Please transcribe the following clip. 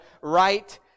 right